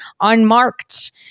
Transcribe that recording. unmarked